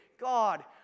God